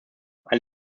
ein